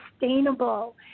sustainable